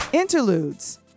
Interludes